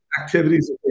activities